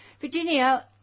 Virginia